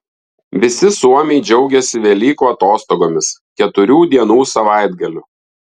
visi suomiai džiaugiasi velykų atostogomis keturių dienų savaitgaliu